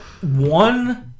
one